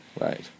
Right